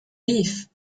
lief